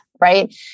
right